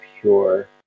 pure